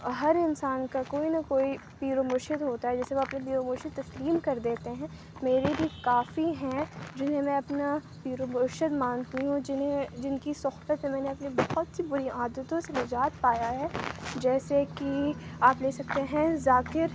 ہر انسان کا کوئی نہ کوئی پیر و مرشد ہوتا ہے جسے وہ اپنے پیر و مرشد تسلیم کر دیتے ہیں میرے بھی کافی ہیں جنہیں میں اپنا پیر و مرشد مانتی ہوں جنہیں جن کی صحبت میں میں نے اپنی بہت سی بری عادتوں سے نجات پایا ہے جیسے کہ آپ لے سکتے ہیں ذاکر